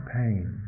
pain